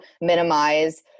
minimize